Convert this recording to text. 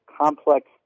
complex